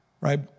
right